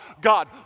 God